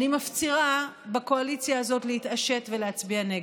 אני מפצירה בקואליציה הזו להתעשת ולהצביע נגד.